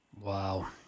Wow